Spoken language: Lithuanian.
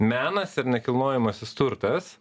menas ir nekilnojamasis turtas